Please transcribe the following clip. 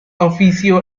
officio